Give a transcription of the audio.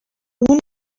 اون